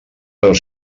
però